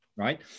Right